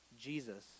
Jesus